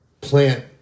plant